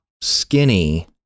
skinny